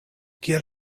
kiel